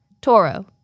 Toro